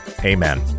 Amen